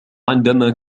عندما